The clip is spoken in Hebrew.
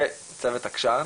והצוות עקשן,